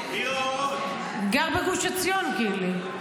גר בגוש עציון, קינלי.